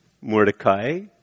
Mordecai